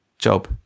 job